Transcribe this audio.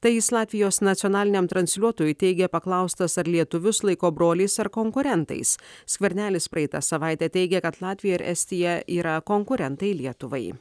tai jis latvijos nacionaliniam transliuotojui teigė paklaustas ar lietuvius laiko broliais ar konkurentais skvernelis praeitą savaitę teigė kad latvija ir estija yra konkurentai lietuvai